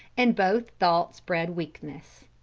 and both thoughts bred weakness.